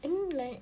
I mean like